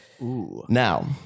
Now